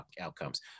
outcomes